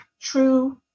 true